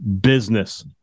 business